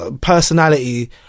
personality